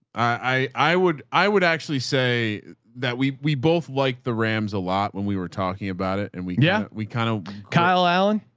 i would, i would actually say that we we both liked the rams a lot when we were talking about it and we, yeah we kind of kyle allen,